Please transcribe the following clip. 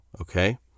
okay